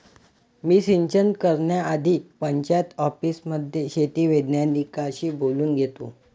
मी सिंचन करण्याआधी पंचायत ऑफिसमध्ये शेती वैज्ञानिकांशी बोलून घेतो